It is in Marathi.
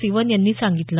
सिवन यांनी सांगितलं